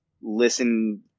listen